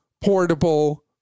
portable